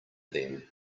them